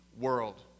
world